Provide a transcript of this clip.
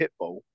Pitbull